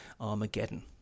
Armageddon